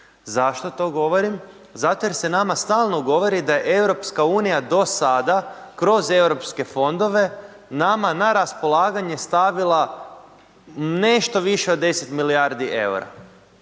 Zašto to govorim? Zato jer se nama stalno govori da je EU do sada kroz Europske fondove nama na raspolaganje stavila nešto više od 10 milijardi EUR-a